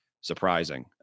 surprising